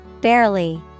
Barely